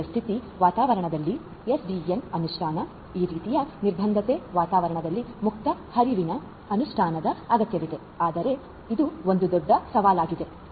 ಈ ರೀತಿಯ ಸ್ಥಿರ ವಾತಾವರಣದಲ್ಲಿ ಎಸ್ಡಿಎನ್ ಅನುಷ್ಠಾನ ಈ ರೀತಿಯ ನಿರ್ಬಂಧಿತ ವಾತಾವರಣದಲ್ಲಿ ಮುಕ್ತ ಹರಿವಿನ ಅನುಷ್ಠಾನದ ಅಗತ್ಯವಿದೆ ಆದರೆ ಇದು ಒಂದು ದೊಡ್ಡ ಸವಾಲಾಗಿದೆ